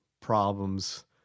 problems